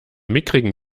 mickrigen